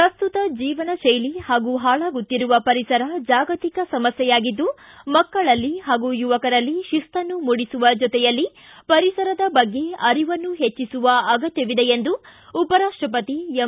ಪ್ರಸ್ತುತ ಜೀವನ ಶೈಲಿ ಹಾಗೂ ಹಾಳಾಗುತ್ತಿರುವ ಪರಿಸರ ಜಾಗತಿಕ ಸಮಸ್ಠೆಯಾಗಿದ್ದು ಮಕ್ಕಳಲ್ಲಿ ಹಾಗೂ ಯುವಕರಲ್ಲಿ ಶಿಸ್ತನ್ನು ಮೂಡಿಸುವ ಜೊತೆಯಲ್ಲಿ ಪರಿಸರದ ಬಗ್ಗೆ ಅರಿವನ್ನು ಹೆಚ್ಚಿಸುವ ಅಗತ್ಯವಿದೆ ಎಂದು ಉಪರಾಷ್ಟಪತಿ ಎಂ